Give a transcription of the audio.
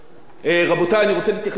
אני רוצה להתייחס לכמה דברים שנאמרו,